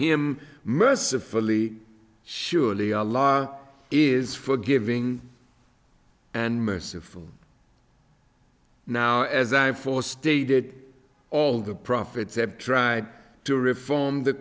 him mercifully surely our law is forgiving and merciful now as i for stated all the prophets have tried to reform the